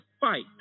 fight